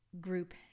group